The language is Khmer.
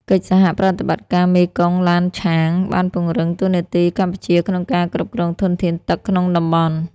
កិច្ចសហប្រតិបត្តិការមេគង្គ-ឡានឆាង បានពង្រឹងតួនាទីកម្ពុជាក្នុងការគ្រប់គ្រងធនធានទឹកក្នុងតំបន់។